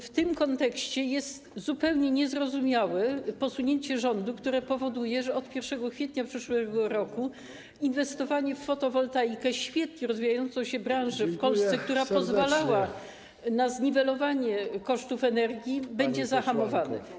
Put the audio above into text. W tym kontekście zupełnie niezrozumiałe jest posunięcie rządu, które powoduje, że od 1 kwietnia przyszłego roku inwestowanie w fotowoltaikę, świetnie rozwijającą się branżę w Polsce, która pozwalała na zniwelowanie kosztów energii, będzie zahamowane.